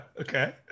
okay